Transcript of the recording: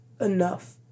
enough